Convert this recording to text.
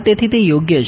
તેથીતે યોગ્ય છે